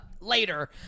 later